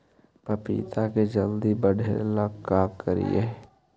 पपिता के जल्दी बढ़े ल का करिअई?